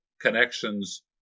connections